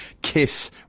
Kiss